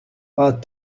pas